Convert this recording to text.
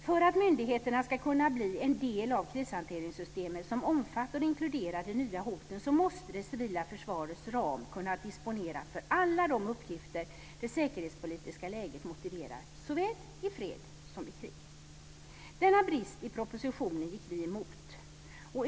För att myndigheterna ska kunna bli en del av ett krishanteringssystem som omfattar och inkluderar de nya hoten måste det civila försvarets ram kunna disponeras för alla de uppgifter som det säkerhetspolitiska läget motiverar såväl i fred som i krig. Denna brist i propositionen gick vi emot.